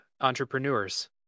entrepreneurs